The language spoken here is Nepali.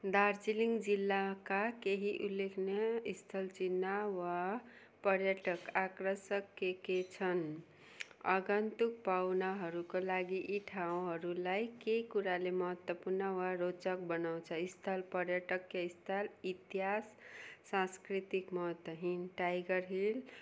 दार्जिलिङ जिल्लाका केही उल्लेखनीय स्थल चिन्ह वा पर्यटक आकर्षक के के छन् आगन्तुक पाहुनाहरूको लागि यी ठाउँहरूलाई के कुराले महत्त्वपूर्ण वा रोचक बनाउँछ स्थल पर्यटकीय स्थल इतिहास साँस्कृतिक महत्त्वहीन टाइगर हिल